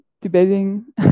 debating